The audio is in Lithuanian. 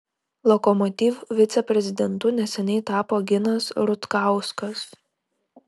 lokomotiv viceprezidentu neseniai tapo ginas rutkauskas